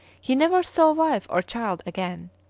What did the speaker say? he never saw wife or child again.